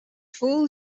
full